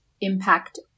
impact